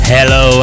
Hello